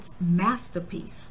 masterpiece